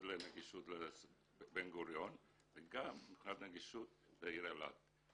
לנגישות לבן גוריון וגם את הנגישות לעיר אילת.